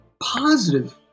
positive